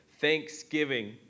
thanksgiving